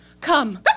come